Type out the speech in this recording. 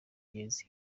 ngenzi